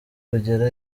kugera